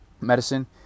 medicine